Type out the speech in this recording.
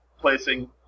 placing